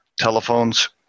telephones